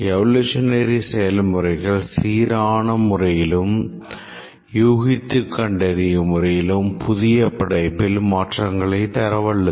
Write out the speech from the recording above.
evolutionary செயல்முறைகள் சீரான முறையிலும் யூகித்து கண்டறியும் முறையிலும் புதிய படைப்பில் மாற்றங்களை தரவல்லது